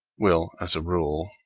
will as a rule,